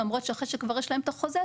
למרות שאחרי שכבר יש להם את החוזה,